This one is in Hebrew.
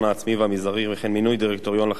המזערי וכן מינוי דירקטוריון לחברה.